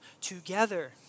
together